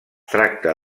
tracta